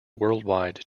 worldwide